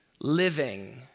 living